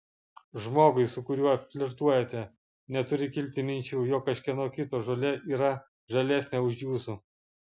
žmogui su kuriuo flirtuojate neturi kilti minčių jog kažkieno kito žolė yra žalesnė už jūsų